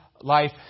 life